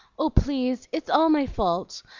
oh, please, it's all my fault!